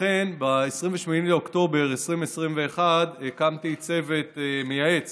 לכן, ב-28 באוקטובר 2021 הקמתי צוות מייעץ